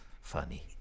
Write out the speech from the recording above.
Funny